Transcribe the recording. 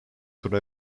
could